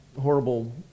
horrible